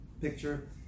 picture